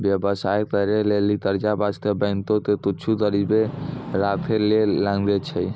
व्यवसाय करै लेली कर्जा बासतें बैंको के कुछु गरीबी राखै ले लागै छै